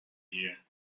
here